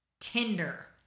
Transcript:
Tinder